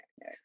no